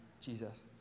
Jesus